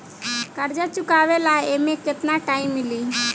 कर्जा चुकावे ला एमे केतना टाइम मिली?